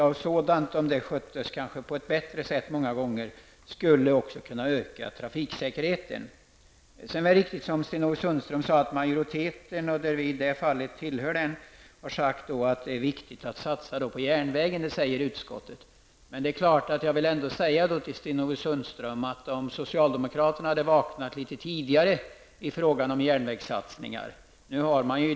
Förbättringar på dessa områden skulle säkert öka trafiksäkerheten. Det är riktigt, som Sten-Ove Sundström sade, att utskottsmajoriteten har sagt att det är viktigt att satsa på järnvägen. Det hade varit bra om socialdemokraterna hade insett det tidigare, Sten-Ove Sundström.